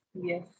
yes